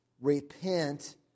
Repent